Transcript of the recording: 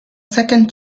second